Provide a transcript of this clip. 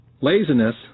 Laziness